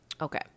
okay